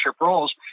roles